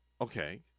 Okay